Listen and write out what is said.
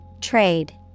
Trade